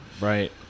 Right